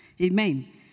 Amen